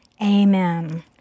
Amen